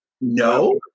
No